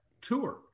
tour